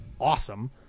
awesome